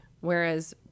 whereas